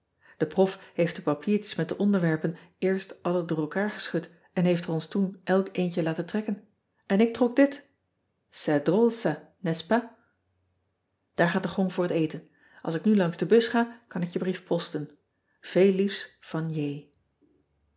e rof heeft de papiertjes met de onderwerpen eerst alle door elkaar geschud en heeft er ons toen elk eentje laten trekken n ik trok dit est drôle ca n est-ce pas aar gaat de gong voor het eten ls ik nu langs de bus ga kan ik je brief posten eel liefs van